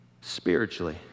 spiritually